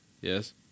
yes